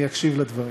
אני אקשיב לדברים.